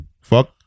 Fuck